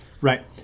Right